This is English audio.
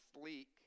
sleek